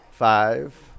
Five